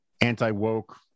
anti-woke